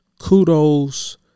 Kudos